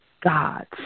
gods